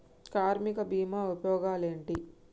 కార్మిక బీమా ఉపయోగాలేంటి?